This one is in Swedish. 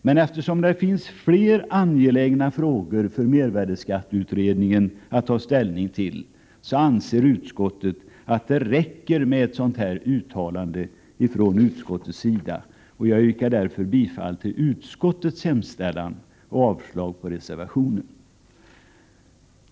Men eftersom det finns fler angelägna frågor för mervärdeskatteutredningen att ta ställning till anser utskottet att det räcker med ett sådant uttalande från utskottets sida, och jag yrkar därför bifall till utskottets hemställan och avslag på reservationen.